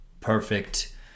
perfect